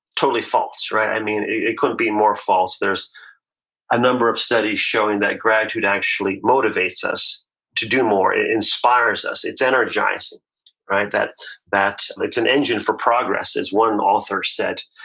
totally false, right? i mean it couldn't be more false. there's a number of studies showing that gratitude actually motivates us to do more. it inspires us. it's energized and that that it's an engine for progress, as one author said,